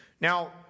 Now